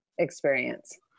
experience